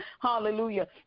Hallelujah